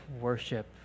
worship